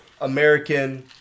American